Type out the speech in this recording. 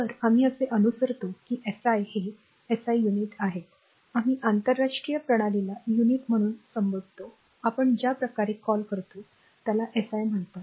तर आम्ही असे अनुसरतो की एसआय हे एसआय युनिट्स आहेत आम्ही आंतरराष्ट्रीय प्रणालीला युनिट म्हणून संबोधतो आपण ज्या प्रकारे कॉल करतो त्याला एसआय म्हणतात